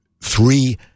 three